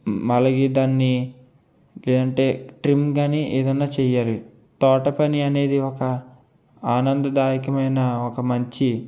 అలాగే దాన్ని లేదంటే ట్రిమ్ గానీ ఏదన్న చేయాలి తోటపని అనేది ఒక ఆనందదాయకమైన ఒక మంచి